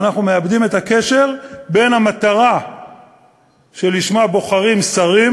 ואנחנו מאבדים את הקשר בין המטרה שלשמה בוחרים שרים,